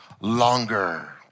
longer